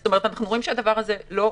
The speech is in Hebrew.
זאת אומרת, אנחנו רואים שהדבר הזה לא עובד.